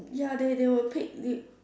ya they they will pick they